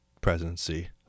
presidency